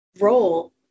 role